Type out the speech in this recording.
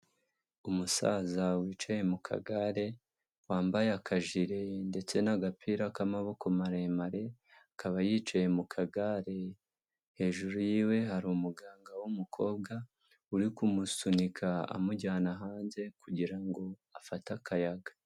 Umusaza wicaye mu kagare, wambaye akajire ndetse n'agapira k'amaboko maremare, akaba yicaye mu kagare, hejuru yiwe hari umuganga w'umukobwa uri kumusunika amujyana hanze kugira ngo afate akayaga.